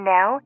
Now